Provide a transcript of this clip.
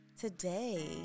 Today